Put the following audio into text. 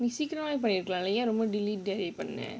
சீக்கிரமே போயிருக்கலாம்ல:seekkiramae poyirukalaamla